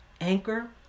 Anchor